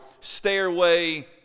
Stairway